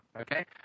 okay